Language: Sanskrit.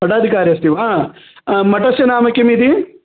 पदाधिकारी अस्ति वा मठस्य नाम किम् इति